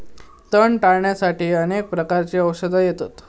तण टाळ्याण्यासाठी अनेक प्रकारची औषधा येतत